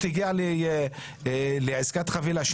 בעסקת החבילה?